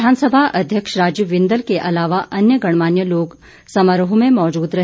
विधानसभा अध्यक्ष राजीव बिंदल के अलावा अन्य गणमान्य लोग समारोह में मौजूद रहे